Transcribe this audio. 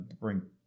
bring